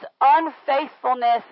unfaithfulness